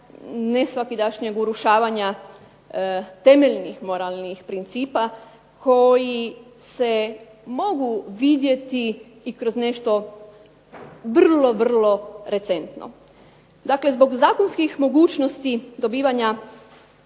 nesvakidašnjeg urušavanja temeljnih moralnih principa, koji se mogu vidjeti i kroz nešto vrlo, vrlo recentno. Dakle zbog zakonskih mogućnosti dobivanja